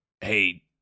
Hey